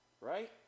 Right